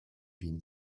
wien